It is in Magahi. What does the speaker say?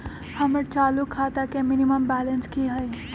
हमर चालू खाता के मिनिमम बैलेंस कि हई?